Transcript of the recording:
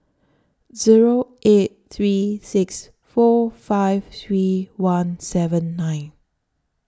Zero eight three six four five three one seven nine